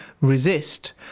resist